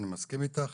אני מסכים איתך.